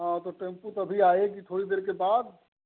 हँ तो टेमपु तो अभी आएगी थोड़ी देर के बाद